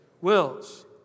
wills